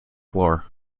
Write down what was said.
floor